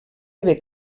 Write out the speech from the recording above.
haver